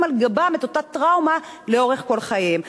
על גבם את אותה טראומה לאורך כל חייהם.